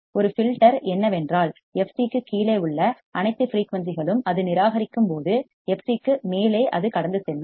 ஒரு ஃபில்டர் என்னவென்றால் fc க்குக் கீழே உள்ள அனைத்து ஃபிரீயூன்சிகளும் அது நிராகரிக்கும் போது fc க்கு மேலே அது கடந்து செல்லும்